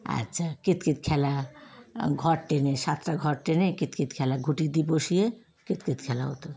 আচ্ছা কিত কিত খেলা ঘর টেনে সাতটা ঘর টেনে কিত কিত খেলা গুটিটি বসিয়ে কিত কিত খেলা হতো